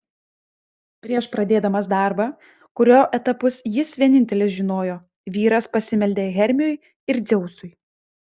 prieš pradėdamas darbą kurio etapus jis vienintelis žinojo vyras pasimeldė hermiui ir dzeusui